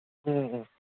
ꯎꯝ ꯎꯝ